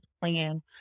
plan